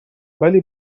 ولی